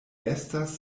estas